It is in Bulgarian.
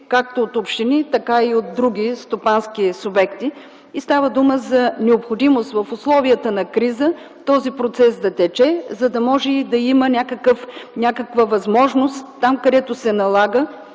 както от общини, така и от други стопански субекти. Става дума за необходимост в условията на криза този процес да тече, за да може да има някаква възможност там, където се налага,